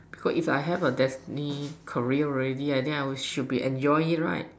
cause if I have a destiny career already right then I will should be enjoy it right